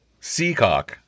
Seacock